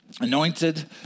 anointed